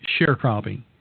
sharecropping